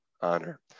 honor